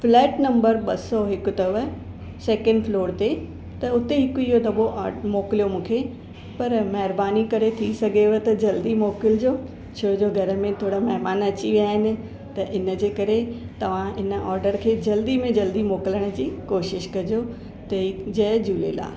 flat number ॿ सौ हिकु अथव सेकेंड फ्लोर ते त उते हिकु इहो दबो ऑ मोकिलियो मूंखे पर महिरबानी करे थी सघेव त जल्दी मोकिलिजो छोजो घर में थोरा महिमान अची विया आहिनि त इनजे करे तव्हां इन ऑडर खे जल्दी में जल्दी मोकिलण जी कोशिशि कजो त जय झूलेलाल